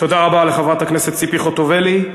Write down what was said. תודה רבה לחברת הכנסת ציפי חוטובלי.